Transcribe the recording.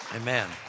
Amen